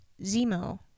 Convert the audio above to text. Zemo